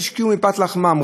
אנחנו גדלנו על איזו ססמה,